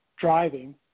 driving